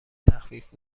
تخفیف